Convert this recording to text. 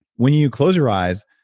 when you close your eyes,